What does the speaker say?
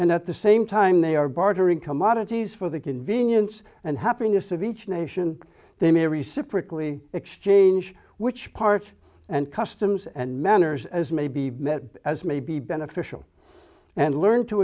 and at the same time they are bartering commodities for the convenience and happiness of each nation they marry separately exchange which parts and customs and manners as may be met as may be beneficial and learned to